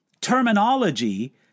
terminology